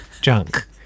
junk